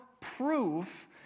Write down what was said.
proof